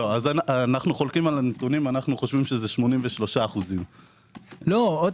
אנו חולקים על הנתונים, חושבים שזה 83%. לא, שוב